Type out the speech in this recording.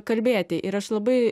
kalbėti ir aš labai